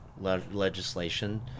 legislation